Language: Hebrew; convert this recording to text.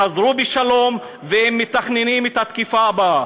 חזרו בשלום והם מתכננים את התקיפה הבאה.